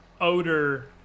odor